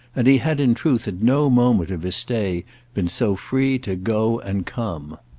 and he had in truth at no moment of his stay been so free to go and come.